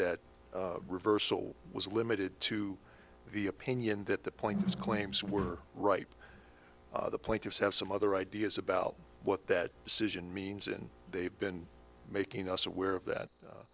that reversal was limited to the opinion that the point is claims were right the plaintiffs have some other ideas about what that decision means and they've been making us aware of that